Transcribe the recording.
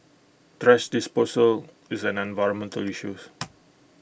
thrash disposal is an environmental issues